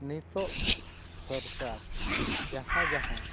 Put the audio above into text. ᱱᱤᱛᱳᱜ ᱥᱚᱨᱠᱟᱨ ᱡᱟᱦᱟᱸ ᱡᱟᱦᱟᱸ